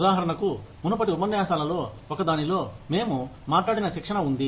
ఉదాహరణకు మునుపటి ఉపన్యాసాలలో ఒక దానిలో మేము మాట్లాడిన శిక్షణ ఉంది